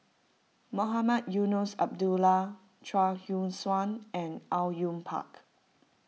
Mohamed Eunos Abdullah Chuang Hui Tsuan and Au Yue Pak